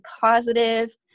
positive